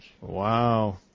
Wow